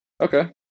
okay